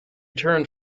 turned